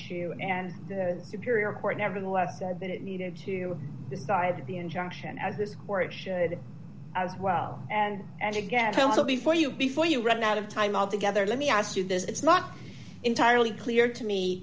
issue and the superior court nevertheless said that it needed to decide the injunction as this court should as well and and again so before you before you run out of time altogether let me ask you this it's not entirely clear to me